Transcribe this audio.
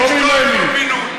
לא ממני.